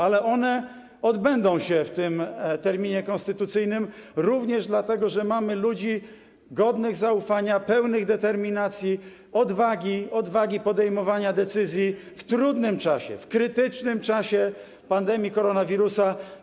Ale one odbędą się w tym terminie konstytucyjnym, również dlatego że mamy ludzi godnych zaufania, pełnych determinacji, odwagi, odwagi podejmowania decyzji w trudnym czasie, w krytycznym czasie pandemii koronawirusa.